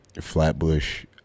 flatbush